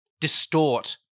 distort